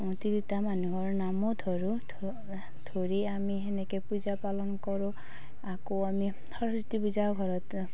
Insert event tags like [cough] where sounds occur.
তিৰোতা মানুহৰ নামো ধৰোঁ [unintelligible] ধৰি আমি সেনেকৈ পূজা পালন কৰোঁ আকৌ আমি সৰস্বতী পূজাও ঘৰতে